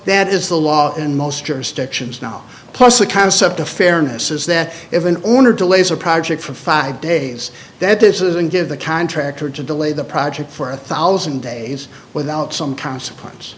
that is the law in most jurisdictions now plus the concept of fairness is that if an owner delays a project for five days that this isn't give the contractor to delay the project for a thousand days without some consequence